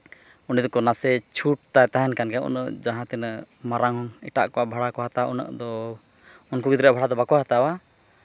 ᱚᱸᱰᱮ ᱫᱚᱠᱚ ᱱᱟᱥᱮ ᱪᱷᱩᱴ ᱴᱟ ᱛᱟᱦᱮᱱ ᱠᱟᱱ ᱜᱮᱭᱟ ᱩᱱᱟᱹᱜ ᱡᱟᱦᱟᱸ ᱛᱤᱱᱟᱹᱜ ᱢᱟᱨᱟᱝ ᱮᱴᱟᱜ ᱠᱚᱣᱟᱜ ᱵᱷᱟᱲᱟ ᱠᱚ ᱦᱟᱛᱟᱣᱟ ᱩᱱᱟᱹᱜ ᱫᱚ ᱩᱱᱠᱩ ᱜᱤᱫᱽᱨᱟᱹ ᱟᱜ ᱵᱷᱟᱲᱟ ᱫᱚ ᱵᱟᱠᱚ ᱦᱟᱛᱟᱣᱟ